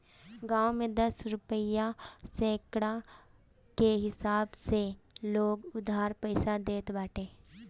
गांव में दस रुपिया सैकड़ा कअ हिसाब से लोग उधार पईसा देत बाटे